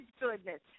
goodness